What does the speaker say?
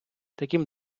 таким